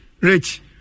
Rich